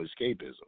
escapism